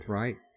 right